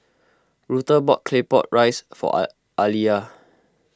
Rutha bought Claypot Rice for are Aaliyah